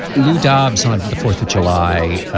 lou dobbs on the fourth of july